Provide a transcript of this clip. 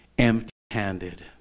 empty-handed